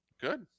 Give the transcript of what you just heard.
good